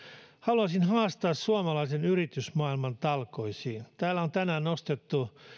haluaisin haastaa suomalaisen yritysmaailman talkoisiin täällä on tänään nostettu